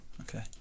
okay